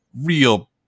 real